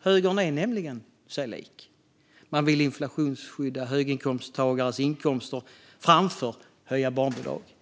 Högern är nämligen sig lik. Man vill inflationsskydda höginkomsttagares inkomster framför att höja barnbidraget.